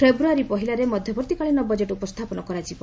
ଫେବୃୟାରୀ ପହିଲାରେ ମଧ୍ୟବର୍ତ୍ତୀକାଳୀନ ବଜେଟ୍ ଉପସ୍ଥାପନ କରାଯିବ